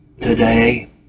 today